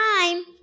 time